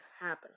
happen